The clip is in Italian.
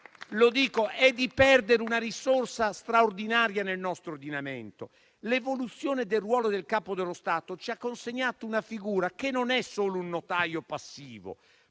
dunque, è di perdere una risorsa straordinaria del nostro ordinamento. L'evoluzione del ruolo del Capo dello Stato ci ha consegnato una figura che non è solo quella di un notaio passivo